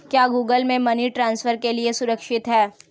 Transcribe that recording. क्या Google Pay money transfer के लिए सुरक्षित है?